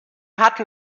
hatten